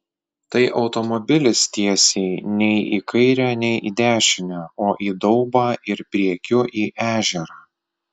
tai automobilis tiesiai nei į kairę nei į dešinę o į daubą ir priekiu į ežerą